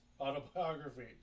Autobiography